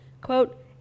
Quote